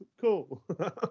cool